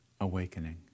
awakening